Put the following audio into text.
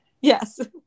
Yes